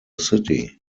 city